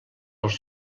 als